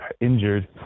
injured